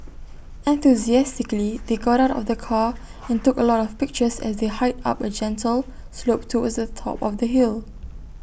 enthusiastically they got out of the car and took A lot of pictures as they hiked up A gentle slope towards the top of the hill